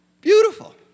Beautiful